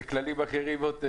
אלה כללים אחרים.